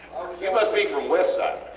you must be from westside.